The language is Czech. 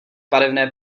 barevné